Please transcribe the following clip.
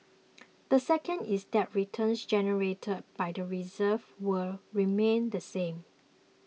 the second is that returns generated by the reserves will remain the same